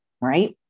right